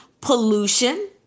pollution